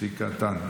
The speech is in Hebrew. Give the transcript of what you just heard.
תיק קטן.